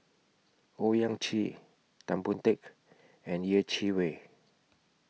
Owyang Chi Tan Boon Teik and Yeh Chi Wei